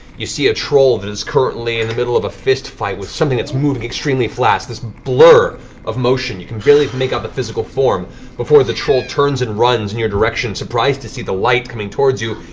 you see a troll that is currently in the middle of a fistfight with something that's moving extremely fast. this blur of motion. you can barely make out the physical form before the troll turns and runs in your direction, surprised to see the light coming towards you,